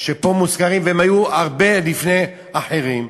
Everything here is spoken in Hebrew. שפה מוזכרות, והם היו הרבה לפני אחרים.